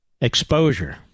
exposure